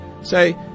say